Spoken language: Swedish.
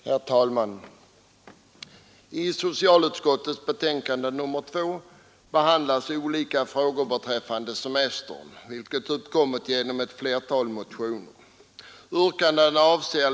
Herr talman! I socialutskottets betänkande nr 2 behandlas olika frågor beträffande semestern vilka uppkommit genom ett flertal motioner.